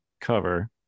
cover